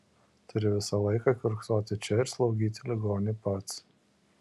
turi visą laiką kiurksoti čia ir slaugyti ligonį pats